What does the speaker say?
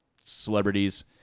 celebrities